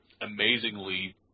amazingly